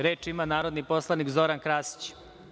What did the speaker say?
Reč ima narodni poslanik Zoran Krasić.